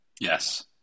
Yes